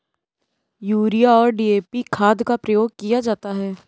urea और DAP खाद का प्रयोग किया जाता है